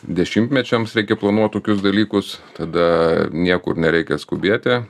dešimtmečiams reikia planuot tokius dalykus tada niekur nereikia skubėti